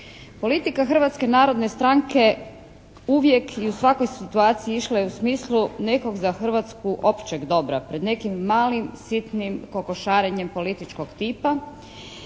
Politika Hrvatske narodne stranke uvijek i u svakoj situaciji išla je u smislu nekog za Hrvatsku općeg dobra pred nekim sitnim kokošarenjem političkog tipa